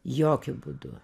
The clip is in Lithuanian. jokiu būdu